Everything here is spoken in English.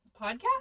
podcast